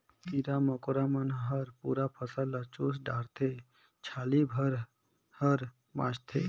कीरा मकोरा मन हर पूरा फसल ल चुस डारथे छाली भर हर बाचथे